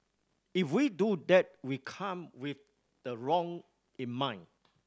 if we do that we come with the wrong in mind